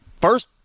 First